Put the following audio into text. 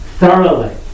thoroughly